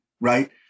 right